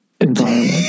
environment